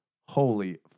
Holy